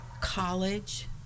college